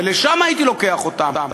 ולשם הייתי לוקח אותם.